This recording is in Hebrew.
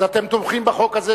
אז אתם תומכים בחוק הזה,